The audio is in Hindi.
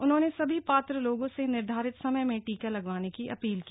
उन्होंने सभी पात्र लोगों से निर्धारित समय में टीका लगवाने की अपील की